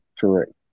Correct